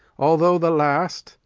although the last,